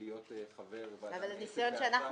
להיות חבר ועדה --- אבל הניסיון שאנחנו